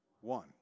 one